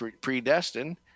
predestined